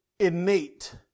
innate